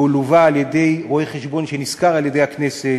והוא לווה על-ידי רואה-חשבון שנשכר על-ידי הכנסת,